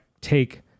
take